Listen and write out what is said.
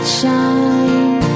shine